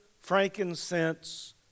frankincense